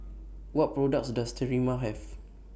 What products Does Sterimar Have